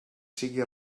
sigui